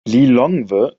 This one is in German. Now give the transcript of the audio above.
lilongwe